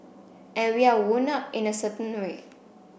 and we are wound up in a certain way